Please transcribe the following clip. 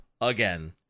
again